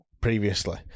previously